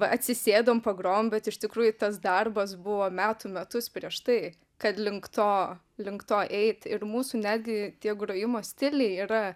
va atsisėdom pagrojom bet iš tikrųjų tas darbas buvo metų metus prieš tai kad link to link to eit ir mūsų netgi tie grojimo stiliai yra